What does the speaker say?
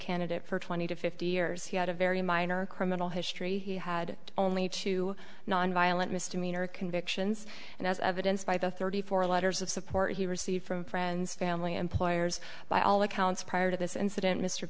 candidate for twenty to fifty years he had a very minor criminal history he had only two nonviolent misdemeanor convictions and as evidenced by the thirty four letters of support he received from friends family employers by all accounts prior to this incident m